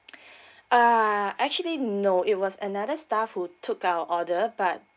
uh actually no it was another staff who took our order but